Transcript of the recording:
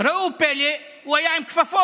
ראו זה פלא, הוא היה עם כפפות,